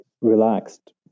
relaxed